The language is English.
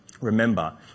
remember